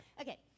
Okay